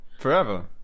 Forever